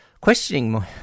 questioning